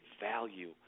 value